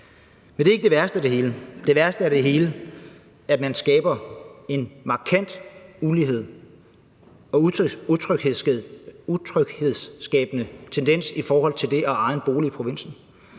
Men det er ikke det værste af det hele. Det værste af det hele er, at man skaber en markant ulighed, og at man skaber utryghed i forhold til det at eje en bolig i provinsen.